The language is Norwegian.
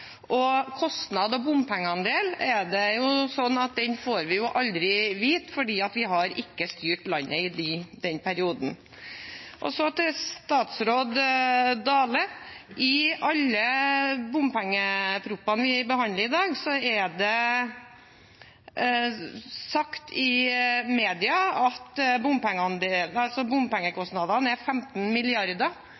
gjelder kostnader og bompengeandel, får vi aldri vite det, for vi har ikke styrt landet i den perioden. Til statsråd Dale: I forbindelse med alle bompengeproposisjonene vi behandler i dag, er det i media sagt at